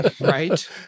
right